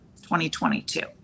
2022